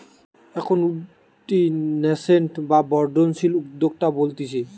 এখন উঠতি ন্যাসেন্ট বা বর্ধনশীল উদ্যোক্তা বলতিছে